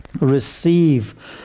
receive